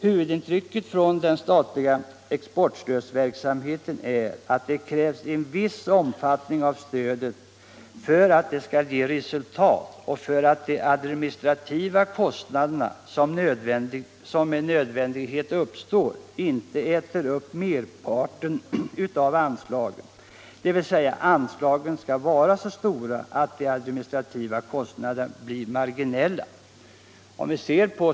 Huvudintrycket av den statliga importstödsverksamheten är att det krävs en viss omfattning av stödet för att det skall ge resultat och för att de administrativa kostnader som med nödvändighet uppstår inte skall äta upp merparten av anslagen. Anslagen skall alltså vara så stora att de administrativa kostnaderna blir marginella.